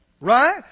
Right